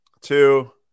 two